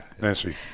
nancy